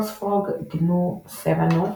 GNU Savannah,